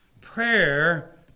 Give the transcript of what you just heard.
Prayer